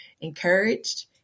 encouraged